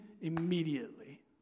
immediately